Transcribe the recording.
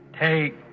Take